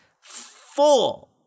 full